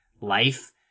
life